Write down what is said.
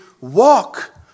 walk